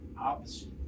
opposite